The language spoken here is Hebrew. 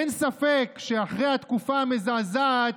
אין ספק שאחרי התקופה המזעזעת,